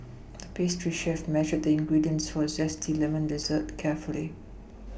the pastry chef measured the ingredients for a zesty lemon dessert carefully